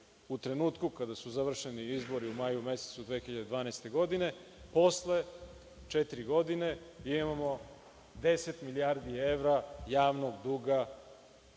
u trenutku kada su završeni izbori u maju mesecu 2012. godine. Posle četiri godine imamo 10 milijardi evra javnog duga